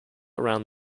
around